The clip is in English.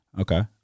Okay